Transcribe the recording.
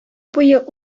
буе